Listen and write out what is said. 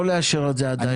לא לאשר את זה עדיין,